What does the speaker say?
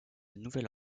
nouvelle